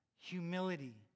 humility